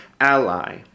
ally